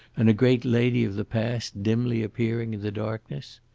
and a great lady of the past dimly appear in the darkness?